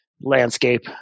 landscape